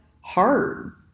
hard